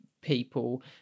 people